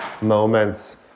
moments